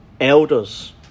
elders